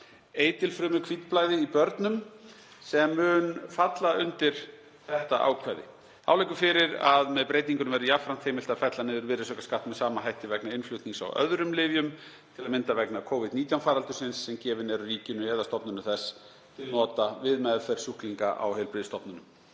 bráðaeitilfrumuhvítblæði í börnum sem mun falla undir ákvæðið. Þá liggur fyrir að með breytingunni verður jafnframt heimilt að fella niður virðisaukaskatt með sama hætti vegna innflutnings á öðrum lyfjum, til að mynda vegna Covid-19 faraldursins sem gefin eru ríkinu eða stofnunum þess til nota við meðferð sjúklinga á heilbrigðisstofnunum.